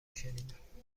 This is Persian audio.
شنیدم